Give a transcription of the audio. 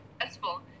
successful